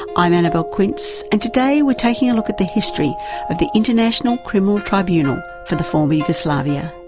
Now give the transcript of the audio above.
i'm annabelle quince and today we're taking a look at the history of the international criminal tribunal for the former yugoslavia.